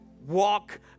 walk